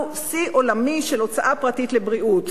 שיא עולמי של הוצאה פרטית על בריאות,